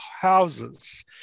houses